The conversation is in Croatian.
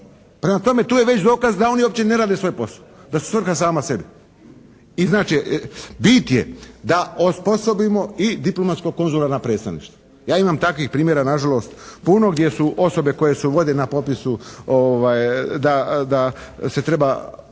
Prema tome, tu je već dokaz da oni uopće ne rade svoj posao. Da …/Govornik se ne razumije./… sama sebi. I znači, bit je da osposobimo i diplomatsko konzularna predstavništva. Ja imam takvih primjera nažalost puno gdje su osobe koje se vode na popisu da se treba